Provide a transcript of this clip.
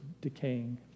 decaying